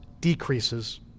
decreases